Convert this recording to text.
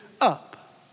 up